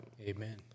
Amen